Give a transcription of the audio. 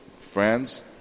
friends